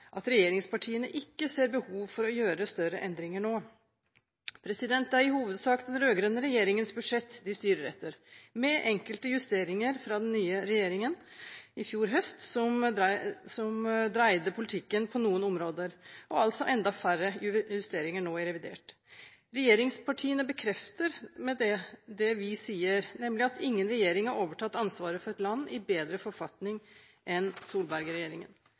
at regjeringspartiene ikke ser behov for å gjøre større endringer nå. Det er i hovedsak den rød-grønne regjeringens budsjett de styrer etter, med enkelte justeringer fra den nye regjeringen i fjor høst, som dreide politikken på noen områder, og enda færre justeringer nå i revidert. Regjeringspartiene bekrefter med det det vi sier, nemlig at ingen regjering har overtatt ansvaret for et land i bedre forfatning enn